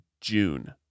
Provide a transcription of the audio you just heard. June